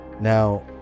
Now